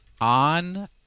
on